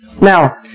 Now